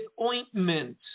ointment